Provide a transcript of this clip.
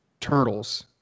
turtles